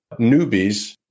newbies